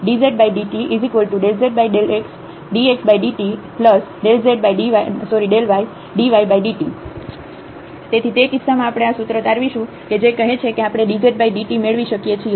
dzdt∂z∂xdxdt∂z∂ydydt તેથી તે કિસ્સામાં આપણે આ સૂત્ર તારવીશું કે જે કહે છે કે આપણે dzdt મેળવી શકીએ છીએ